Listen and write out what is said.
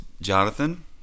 Jonathan